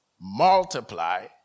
multiply